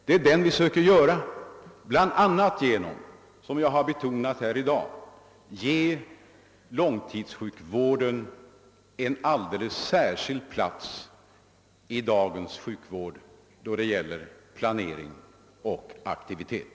Det är en sådan vi söker göra bl.a. genom att — som jag har betonat här i dag — ge långtidssjukvården en alldeles särskild plats då det gäller planering och aktivitet.